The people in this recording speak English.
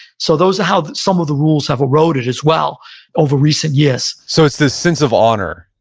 so those are how some of the rules have eroded as well over recent years so it's this sense of honor,